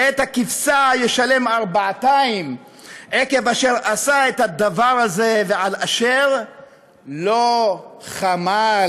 ואת הכבשה ישלם ארבעתים עקב אשר עשה את הדבר הזה ועל אשר לא חמל".